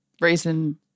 reason